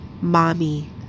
mommy